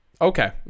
okay